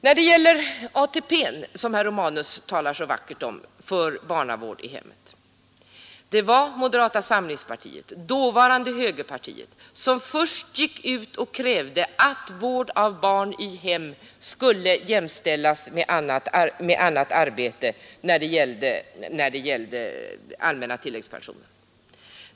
När det gäller ATP för barnavård i hemmet, som herr Romanus talar så vackert för, vill jag erinra om att det var dåvarande högerpartiet som först gick ut och krävde att vård av barn i hem skulle jämställas med annat arbete när det gällde den allmänna tilläggspensionen.